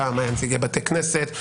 פעם זה היה נציגי בתי כנסת,